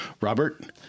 Robert